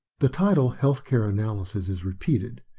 the title health care analysis is repeated,